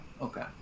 Okay